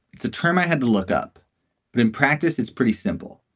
it's a term i had to look up, but in practice, it's pretty simple.